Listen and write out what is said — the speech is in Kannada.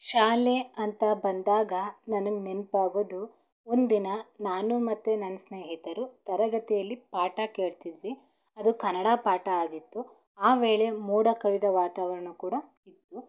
ಶಾಲೆ ಅಂತ ಬಂದಾಗ ನನಗೆ ನೆನಪಾಗೋದು ಒಂದು ದಿನ ನಾನು ಮತ್ತು ನನ್ನ ಸ್ನೇಹಿತರು ತರಗತಿಯಲ್ಲಿ ಪಾಠ ಕೇಳ್ತಿದ್ವಿ ಅದು ಕನ್ನಡ ಪಾಠ ಆಗಿತ್ತು ಆ ವೇಳೆ ಮೋಡ ಕವಿದ ವಾತವರಣ ಕೂಡ ಇತ್ತು